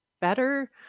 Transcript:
better